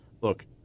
look